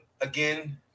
Again